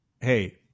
hey